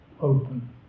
open